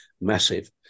massive